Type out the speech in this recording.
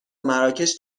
مراکش